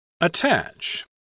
Attach